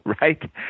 right